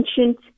ancient